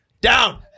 down